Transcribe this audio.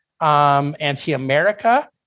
anti-America